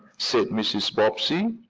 said mrs. bobbsey.